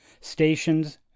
stations